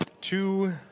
two